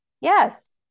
yes